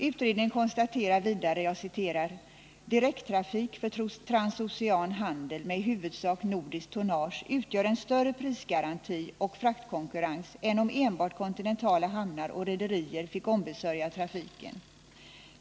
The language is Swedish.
Utredningen konstaterar vidare: ”Direkttrafik för transocian handel med i huvudsak nordisk tonnage utgör en större prisgaranti och fraktkonkurrens än om enbart kontinentala hamnar och rederier fick ombesörja trafiken.